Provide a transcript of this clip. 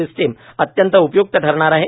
system अत्यंत उपयुक्त ठरणार आहे